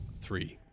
Three